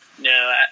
No